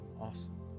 Awesome